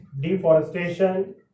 deforestation